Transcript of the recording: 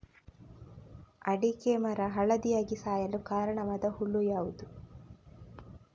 ಅಡಿಕೆ ಮರ ಹಳದಿಯಾಗಿ ಸಾಯಲು ಕಾರಣವಾದ ಹುಳು ಯಾವುದು?